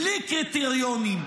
בלי קריטריונים,